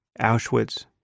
Auschwitz